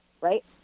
right